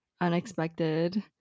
unexpected